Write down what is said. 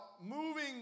moving